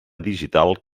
digital